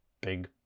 big